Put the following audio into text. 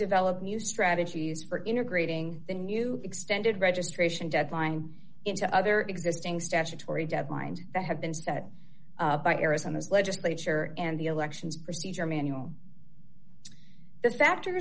develop new strategies for integrating the new extended registration deadline into other existing statutory deadlines that have been set by arizona's legislature and the elections procedure manual the factor